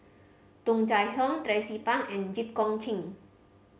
Tung Chye Hong Tracie Pang and Jit Koon Ch'ng